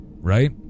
right